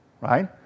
right